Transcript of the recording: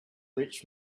reached